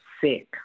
sick